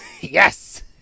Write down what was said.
Yes